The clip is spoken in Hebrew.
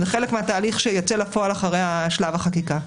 זה חלק מהתהליך שייצא לפועל אחרי שלב החקיקה.